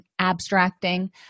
abstracting